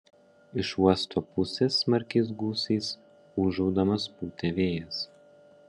iš uosto pusės smarkiais gūsiais ūžaudamas pūtė vėjas